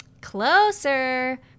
Closer